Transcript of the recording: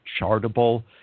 Chartable